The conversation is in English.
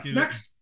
next